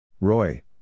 Roy